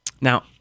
Now